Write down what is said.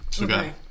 Okay